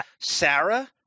Sarah